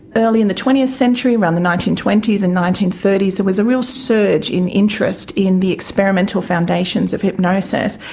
early in the twentieth century, around the nineteen twenty s and nineteen thirty s, there was a real surge in interest in the experimental foundations of hypnosis,